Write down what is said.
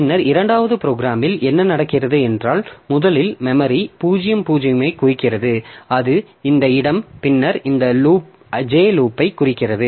பின்னர் இரண்டாவது ப்ரோக்ராமில் என்ன நடக்கிறது என்றால் முதலில் மெமரி 0 0 ஐ குறிக்கிறது அது இந்த இடம் பின்னர் இது இந்த j லூப்பைக் குறிக்கிறது